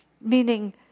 Meaning